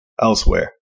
elsewhere